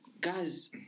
guys